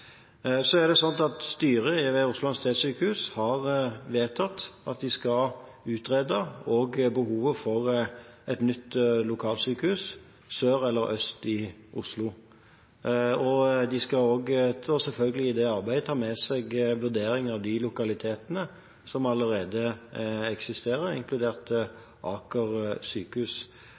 Styret ved Oslo universitetssykehus har vedtatt at de skal utrede behovet for et nytt lokalsykehus sør eller øst i Oslo. De skal i det arbeidet også selvfølgelig ta med seg en vurdering av de lokalitetene som allerede eksisterer, inkludert Aker sykehus.